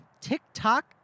TikTok